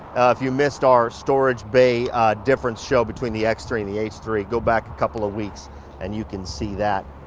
if you missed our storage bay difference show between the x three and the h three, go back a couple of weeks and you can see that,